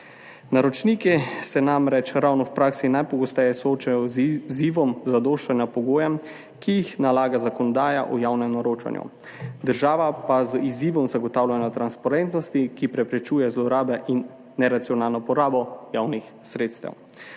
Naročniki se namreč ravno v praksi najpogosteje soočajo z izzivom zadoščanja pogojem, ki jih nalaga zakonodaja o javnem naročanju, država pa z izzivom zagotavljanja transparentnosti, ki preprečuje zlorabe in neracionalno porabo javnih sredstev.